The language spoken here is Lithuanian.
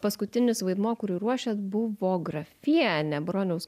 paskutinis vaidmuo kurį ruošėt buvo grafienė broniaus